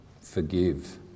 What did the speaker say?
Forgive